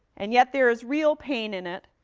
and yet, there is real pain in it,